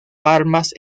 armas